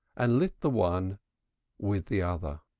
and lit the one with the other.